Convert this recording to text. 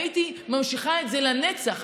הייתי ממשיכה את זה לנצח,